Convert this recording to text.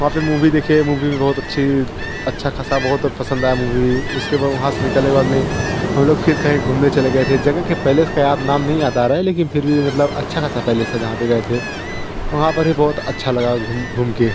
वहाँ पर मुभी देखे मुभी भी बहुत अच्छी अच्छा ख़ासा बहुत पसंद आई मुभी उसके बाद वहाँ से निकलने के बाद में हम लोग फिर कहीं घूमने चले गए थे जगह का पैलेस का नाम नहीं याद आ रहा है लेकिन फिर भी मतलब अच्छा ख़ासा पैलेस था जहाँ पर गए थे वहाँ पर बहुत अच्छा लगा घूम घूम के